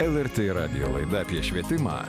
lrt radijo laida apie švietimą